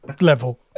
level